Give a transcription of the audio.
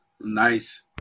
Nice